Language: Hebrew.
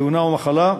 תאונה או מחלה,